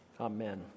Amen